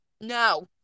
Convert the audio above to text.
no